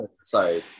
sorry